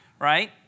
right